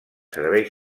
serveis